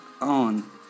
on